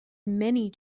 many